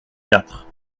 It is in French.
quatre